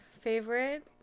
favorite